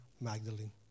Magdalene